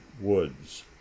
woods